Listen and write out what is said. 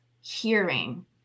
hearing